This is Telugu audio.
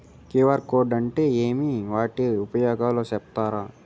క్యు.ఆర్ కోడ్ అంటే ఏమి వాటి ఉపయోగాలు సెప్తారా?